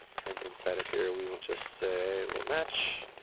and inside of here, we will just say, will match.